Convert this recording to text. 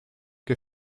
que